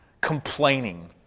complaining